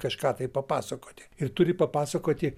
kažką tai papasakoti ir turi papasakoti